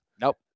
Nope